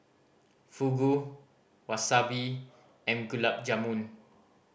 Fugu Wasabi and Gulab Jamun